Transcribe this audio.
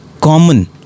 common